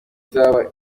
zaba